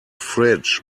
fridge